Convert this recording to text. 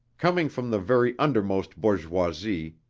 coming from the very undermost bourgeoisie,